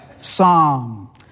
Psalm